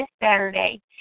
Saturday